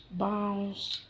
bounce